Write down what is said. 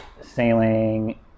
sailing